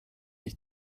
ich